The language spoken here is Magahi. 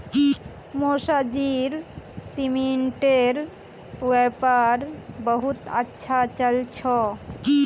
मौसाजीर सीमेंटेर व्यापार बहुत अच्छा चल छ